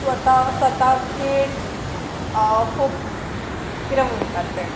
स्वता स्वताचेर खूब किरें म्हणटात तें